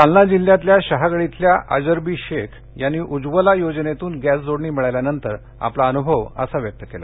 जालना जिल्ह्यातल्या शहागड इथल्या अजरबी शेख यांनी उज्ज्वला योजनेतून गॅस जोडणी मिळाल्यानंतर आपला अनुभव असा व्यक्त केला